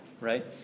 right